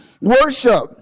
Worship